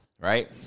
right